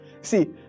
See